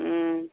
ம்